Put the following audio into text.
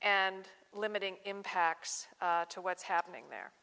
and limiting impacts to what's happening there